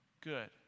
Good